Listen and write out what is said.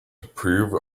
approve